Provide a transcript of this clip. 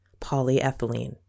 polyethylene